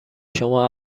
شما